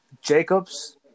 Jacobs